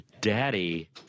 Daddy